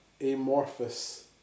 amorphous